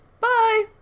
Bye